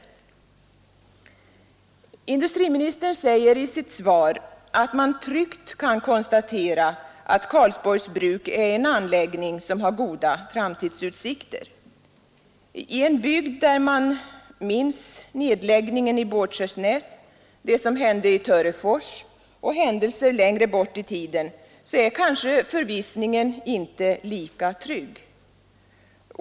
Industriministern säger i sitt svar att man tryggt kan konstatera att Karlsborgs bruk är en anläggning som har goda framtidsutsikter. I en bygd där man minns nedläggningen i Båtskärsnäs, det som hände i Törefors och händelser längre bort i tiden är kanske den förvissningen inte lika stor.